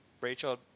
Rachel